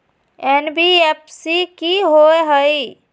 NBFC कि होअ हई?